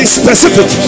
specific